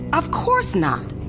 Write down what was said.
of course not!